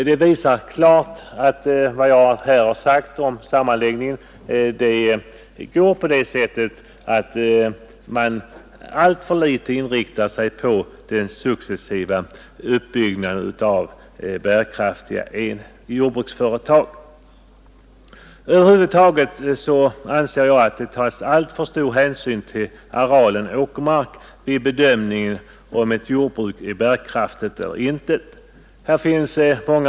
Detta visar klart riktigheten av vad jag har sagt om sammanläggningarna. Man inriktar sig alltför litet på den successiva uppbyggnaden av bärkraftiga jordbruksföretag. Över huvud taget anser jag att det tas alltför stor hänsyn till arealen åkermark vid bedömning om ett jordbruk är bärkraftigt eller inte.